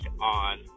on